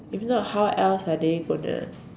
if not how else are they gonna